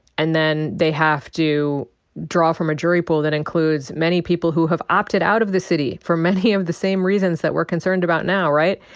and then they have to draw from a jury pool that includes many people who have opted out of the city for many of the same reasons that we're concerned about now, right?